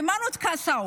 היימנוט קסאו